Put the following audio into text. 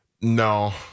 No